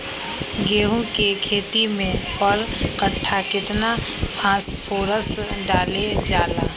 गेंहू के खेती में पर कट्ठा केतना फास्फोरस डाले जाला?